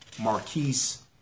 Marquise